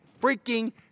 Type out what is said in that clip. freaking